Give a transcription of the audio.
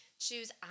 choose